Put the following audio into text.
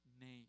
name